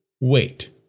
Wait